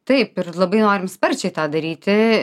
taip ir labai norim sparčiai tą daryti